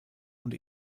und